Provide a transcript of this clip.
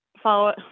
follow